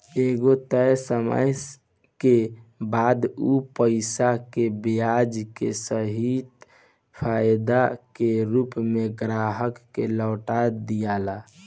एगो तय समय के बाद उ पईसा के ब्याज के सहित फायदा के रूप में ग्राहक के लौटा दियाला